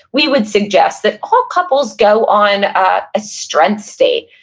we would suggest that all couples go on a strengths stay.